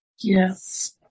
Yes